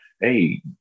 hey